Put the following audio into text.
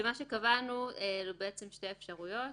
כשקבענו שתי אפשרויות: